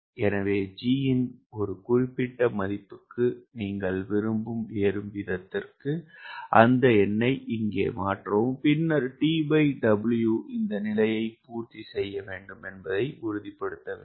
எனவே G இன் ஒரு குறிப்பிட்ட மதிப்புக்கு நீங்கள் விரும்பும் ஏறும் வீதத்திற்கு அந்த எண்ணை இங்கே மாற்றவும் பின்னர் TW இந்த நிலையை பூர்த்தி செய்ய வேண்டும் என்பதை உறுதிப்படுத்த வேண்டும்